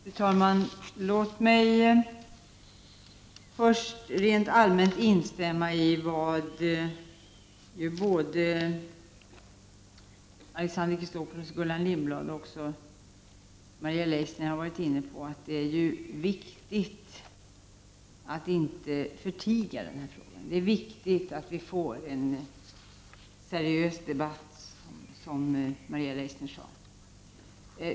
Fru talman! Låt mig först rent allmänt instämma i vad Alexander Chrisopoulos, Gullan Lindblad och Maria Leissner har varit inne på, att det är viktigt att inte förtiga denna fråga. Det är viktigt att vi får en seriös debatt, som Maria Leissner sade.